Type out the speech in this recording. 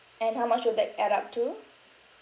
and how much would that add up to